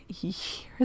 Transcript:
years